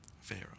Pharaoh